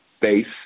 base